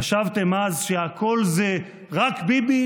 חשבתם אז שהכול זה "רק ביבי"